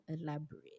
elaborate